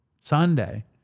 Sunday